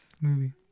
movie